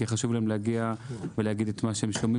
כי חשוב להם להגיע ולהגיד את מה שהם שומעים